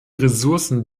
ressourcen